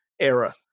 era